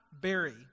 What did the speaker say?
Berry